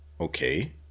Okay